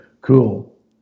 cool